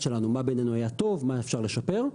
שלנו מה בעינינו היה טוב ומה אפשר לשפר.